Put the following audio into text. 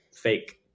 fake